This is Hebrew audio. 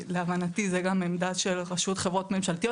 להבנתי זו גם עמדה של רשות חברות ממשלתיות.